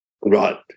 Right